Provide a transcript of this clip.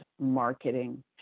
marketing